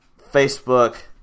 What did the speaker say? Facebook